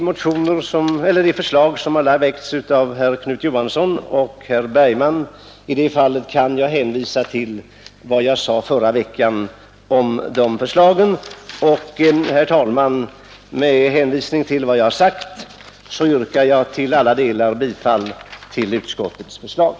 Beträffande de förslag som väckts av herrar Knut Johansson och Bergman kan jag hänvisa till vad jag sade förra veckan om dessa förslag. Herr talman! Med hänvisning till vad jag nu sagt yrkar jag i alla delar bifall till utskottets betänkande.